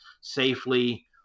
safely